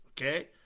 Okay